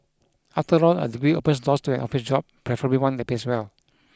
after all a degree opens doors to an office job preferably one that pays well